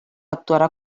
actuarà